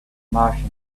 martians